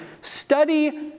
Study